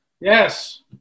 Yes